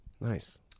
Nice